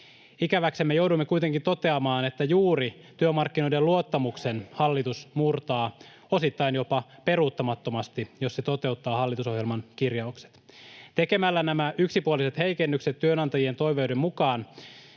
Ikäväksemme joudumme kuitenkin toteamaan, että juuri työmarkkinoiden luottamuksen hallitus murtaa osittain jopa peruuttamattomasti, jos se toteuttaa hallitusohjelman kirjaukset. Tekemällä nämä yksipuoliset heikennykset työnantajien toiveiden mukaan